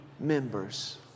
members